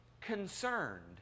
concerned